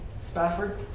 Spafford